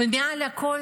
ומעל הכול,